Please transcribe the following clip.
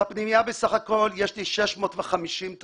בפנימייה בסך הכל יש לי 650 תלמידים.